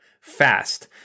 fast